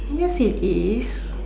yes it is